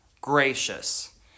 gracious